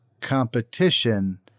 competition